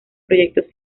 proyectos